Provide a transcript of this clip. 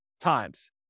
times